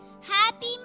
happy